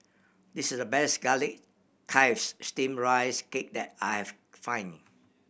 this is the best garlic Steamed Rice Cake that I've find